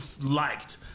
liked